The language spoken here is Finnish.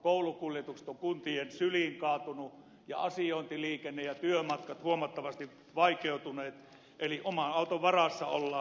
koulukuljetukset ovat kaatuneet kuntien syliin ja asiointiliikenne ja työmatkat huomattavasti vaikeutuneet eli oman auton varassa ollaan